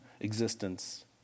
existence